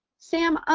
sam,